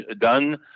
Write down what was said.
done